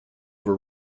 were